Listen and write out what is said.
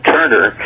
Turner